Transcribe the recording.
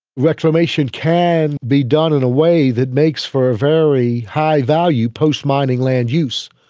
reclamation can be done in a way that makes for a very high value post mining land use.